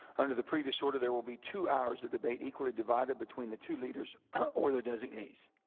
under the previous order, there will be two hours of debate equally divided between the two leaders or their designees.